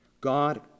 God